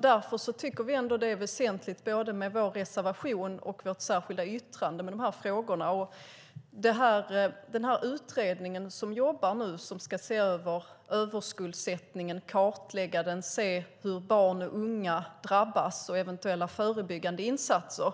Därför är både reservationen och det särskilda yttrandet väsentliga. För den utredning som ska se över och kartlägga överskuldsättningen, hur barn och unga drabbas, och lägga fram förslag på förebyggande insatser,